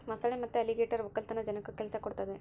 ಮೊಸಳೆ ಮತ್ತೆ ಅಲಿಗೇಟರ್ ವಕ್ಕಲತನ ಜನಕ್ಕ ಕೆಲ್ಸ ಕೊಡ್ತದೆ